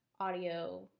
audio